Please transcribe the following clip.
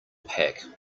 pack